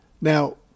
Now